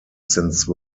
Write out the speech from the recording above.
since